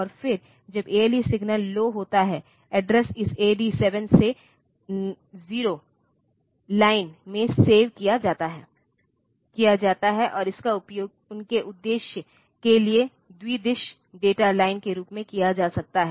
और फिर जब ALE सिग्नल लौ होता है एड्रेस इस AD 7 से 0 लाइन में सेव किया जाता है और इसका उपयोग उनके उद्देश्य के लिए द्विदिश डेटा लाइन के रूप में किया जा सकता है